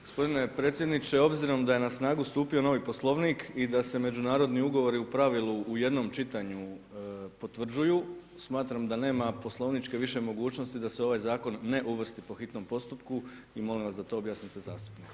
Gospodine predsjedniče, obzirom da je na snagu stupio novi Poslovnik i da se međunarodni ugovori u pravilu u jednom čitanju potvrđuju, smatram da nema poslovničke više mogućnosti da se ovaj zakon ne uvrsti po hitnom postupku i molim vas da to objasnite zastupniku.